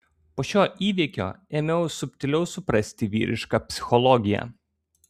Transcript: po šio įvykio ėmiau subtiliau suprasti vyrišką psichologiją